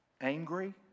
angry